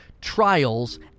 Trials